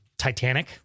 titanic